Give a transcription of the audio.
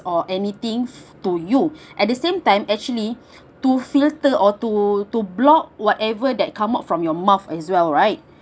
or anything to you at the same time actually to filter or to to block whatever that come out from your mouth as well right